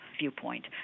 viewpoint